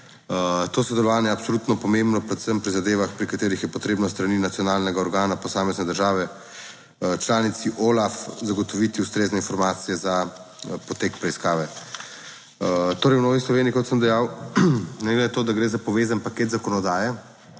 To sodelovanje je absolutno pomembno, predvsem pri zadevah, pri katerih je potrebno s strani nacionalnega organa posamezne države članici OLAF zagotoviti ustrezne informacije za potek preiskave. Torej, v Novi Sloveniji, kot sem dejal, ne glede na to, da gre za povezan paket zakonodaje,